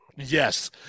Yes